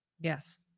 Yes